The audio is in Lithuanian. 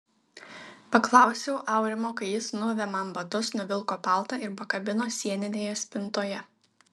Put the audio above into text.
paklausiau aurimo kai jis nuavė man batus nuvilko paltą ir pakabino sieninėje spintoje